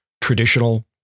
traditional